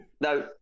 No